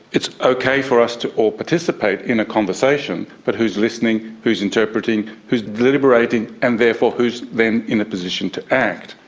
it's okay for us to all participate in a conversation, but who's listening, who's interpreting, who's deliberating, and therefore who then in a position to act?